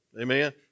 amen